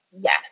Yes